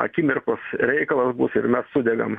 akimirkos reikalas bus ir mes sudegam